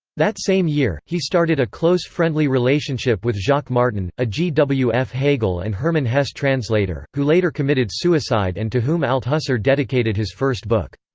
that same year, he started a close friendly relationship with jacques martin, a g. w. f. hegel and herman hesse translator, who later committed suicide and to whom althusser dedicated his first book.